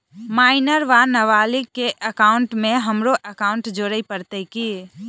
Minor वा नबालिग केँ एकाउंटमे हमरो एकाउन्ट जोड़य पड़त की?